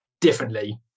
differently